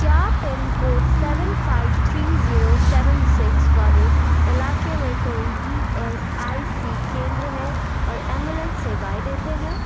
क्या pin code seven five three zero seven six वाले इलाके में कोई ई एस आई सी केंद्र है और एंबुलेंस सेवाएं देते हैं